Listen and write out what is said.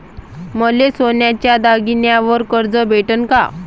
मले सोन्याच्या दागिन्यावर कर्ज भेटन का?